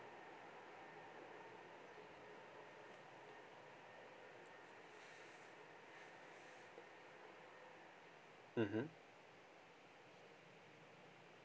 mmhmm